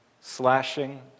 slashing